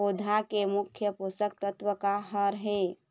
पौधा के मुख्य पोषकतत्व का हर हे?